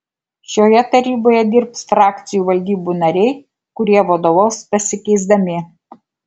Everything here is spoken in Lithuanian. šioje taryboje dirbs frakcijų valdybų nariai kurie vadovaus pasikeisdami